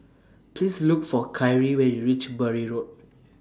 Please Look For Kyree when YOU REACH Bury Road